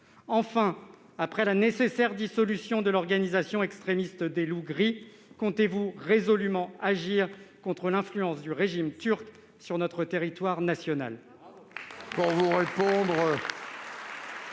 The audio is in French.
Enfin, après la nécessaire dissolution de l'organisation extrémiste des Loups gris, comptez-vous agir résolument contre l'influence du régime turc sur le territoire national ?